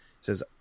says